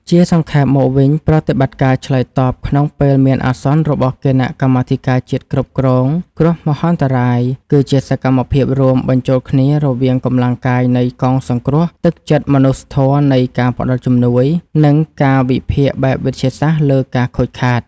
ជាសង្ខេបមកវិញ ប្រតិបត្តិការឆ្លើយតបក្នុងពេលមានអាសន្នរបស់គណៈកម្មាធិការជាតិគ្រប់គ្រងគ្រោះមហន្តរាយ គឺជាសកម្មភាពរួមបញ្ចូលគ្នារវាងកម្លាំងកាយនៃកងសង្គ្រោះ ទឹកចិត្តមនុស្សធម៌នៃការផ្តល់ជំនួយ និងការវិភាគបែបវិទ្យាសាស្ត្រលើការខូចខាត។